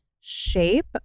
shape